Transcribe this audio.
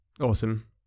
Awesome